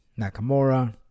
Nakamura